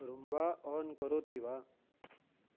Roomba on करोति वा